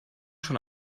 schon